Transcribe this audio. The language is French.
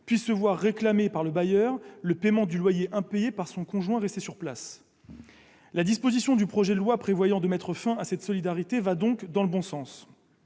puisse se voir réclamer par le bailleur le paiement du loyer impayé par son conjoint resté sur place. La disposition du projet de loi prévoyant de mettre fin à cette solidarité va donc dans le bon sens.